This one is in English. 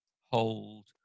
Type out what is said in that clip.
hold